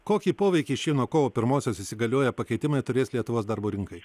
kokį poveikį šie nuo kovo pirmosios įsigalioję pakeitimai turės lietuvos darbo rinkai